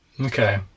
Okay